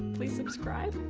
please subscribe.